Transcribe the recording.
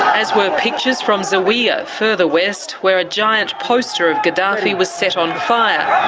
as were pictures from zawiya, further west, where a giant poster of gaddafi was set on fire.